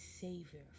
Savior